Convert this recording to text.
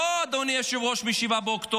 לא, אדוני היושב-ראש, מ-7 באוקטובר,